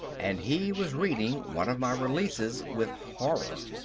and he was reading one of my releases with horror.